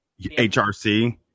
HRC